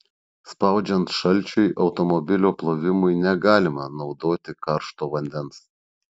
spaudžiant šalčiui automobilio plovimui negalima naudoti karšto vandens